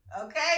Okay